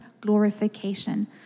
glorification